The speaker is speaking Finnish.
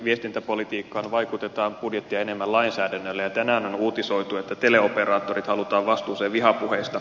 viestintäpolitiikkaan vaikutetaan budjettia enemmän lainsäädännöllä ja tänään on uutisoitu että teleoperaattorit halutaan vastuuseen vihapuheista